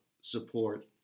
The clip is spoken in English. support